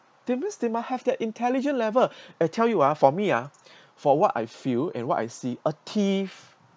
that means they must have the intelligent level I tell you ah for me ah for what I feel and what I see a thief